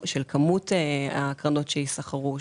כמות הקרנות שייסחרו,